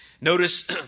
Notice